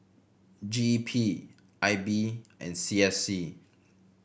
G E P I B and C S C